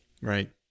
Right